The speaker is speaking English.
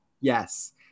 Yes